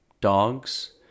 dogs